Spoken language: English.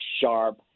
sharp